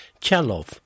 Chalov